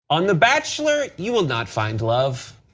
on the bachelor you will not find love,